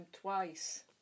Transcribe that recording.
twice